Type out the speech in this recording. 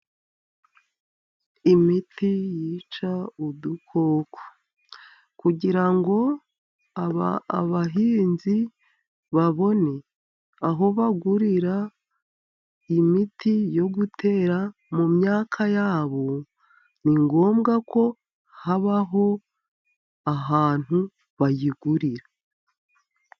Imiti yica udukoko. Kugira ngo abahinzi babone aho bagurira imiti yo gutera mu myaka ya bo, ni ngombwa ko habaho ahantu bayigurira.